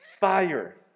fire